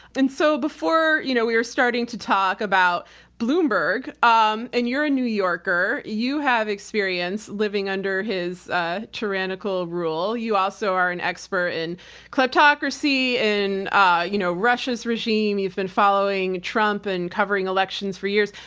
and so before, you know we were starting to talk about bloomberg um and you're a new yorker, you have experience living under his ah tyrannical rule. you also are an expert in kleptocracy and ah you know russia's regime. you've been following trump and covering elections for years.